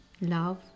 love